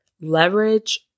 leverage